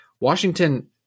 Washington